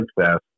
success